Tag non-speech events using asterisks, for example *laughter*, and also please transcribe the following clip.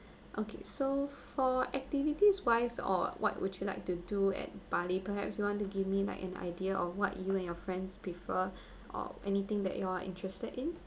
okay so for activities wise or what would you like to do at bali perhaps you want to give me like an idea of what you and your friends prefer *breath* or anything that you're interested in